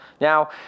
now